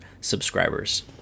subscribers